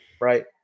right